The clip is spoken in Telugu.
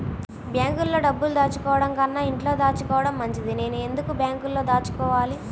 బ్యాంక్లో డబ్బులు దాచుకోవటంకన్నా ఇంట్లో దాచుకోవటం మంచిది నేను ఎందుకు బ్యాంక్లో దాచుకోవాలి?